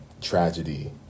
tragedy